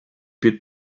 più